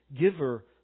giver